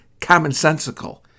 commonsensical